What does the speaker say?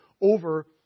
over